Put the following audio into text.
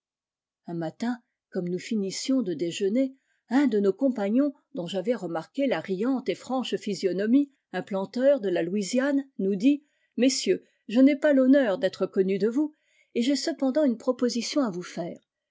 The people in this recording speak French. un matin comme nous finissions de déjeuner un de nos compagnons dont j'avais remarqué la riante et franche physionomie un planteur de la louisiane nous dit messieurs je n'ai pas l'honneur d'être connu de vous et j'ai cependant une proposition à vous faire